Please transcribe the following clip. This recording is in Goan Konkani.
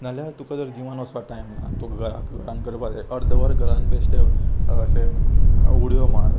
नाल्यार तुका जर जिमान वचपा टायम ना तुका घराक करपाक जाय अर्दवर घरांत बेश्टें अशें उडयो मार